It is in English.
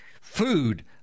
food